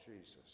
Jesus